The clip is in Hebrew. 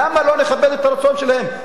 למה לא נכבד את הרצון שלהם?